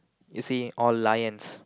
you see all lions